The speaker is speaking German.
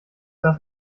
das